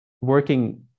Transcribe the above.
working